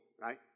Right